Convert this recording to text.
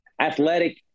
athletic